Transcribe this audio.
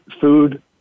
food